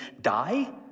die